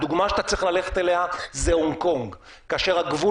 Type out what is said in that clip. הדוגמה שאתה צריך ללכת אליה היא הונג קונג כאשר הגבול